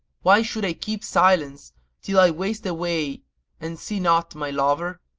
why should i keep silence till i waste away and see not my lover?